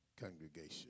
congregation